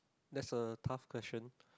that's a tough question